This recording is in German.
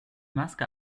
maske